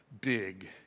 big